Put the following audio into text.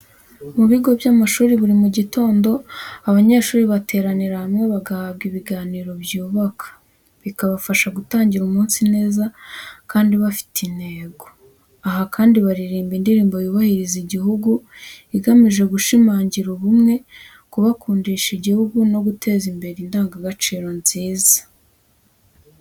Mu bigo bya mashuri, buri gitondo abanyeshuri bateranira hamwe bagahabwa ibiganiro byubaka, bikabafasha gutangira umunsi neza kandi bafite intego. Aha kandi, baririmba indirimbo yubahiriza igihugu, igamije gushimangira ubumwe, kubakundisha igihugu no guteza imbere indangagaciro nziza.